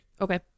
Okay